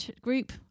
group